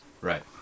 Right